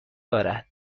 دارد